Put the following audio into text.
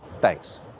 thanks